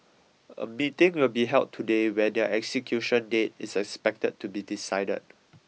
a meeting will be held today where their execution date is expected to be decided